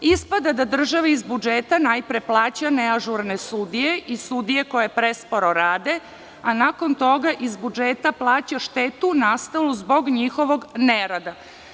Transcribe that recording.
Ispada da država iz budžeta najpre plaća neažurne sudije i sudije koje presporo rade, a nakon toga iz budžeta plaća štetu nastalu zbog njihovog nerada.